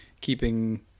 keeping